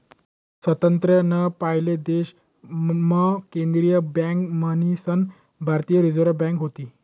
स्वातंत्र्य ना पयले देश मा केंद्रीय बँक मन्हीसन भारतीय रिझर्व बँक व्हती